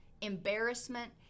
embarrassment